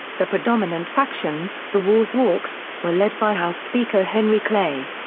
the predominant faction, the war hawks, were led by house speaker henry clay.